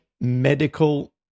medical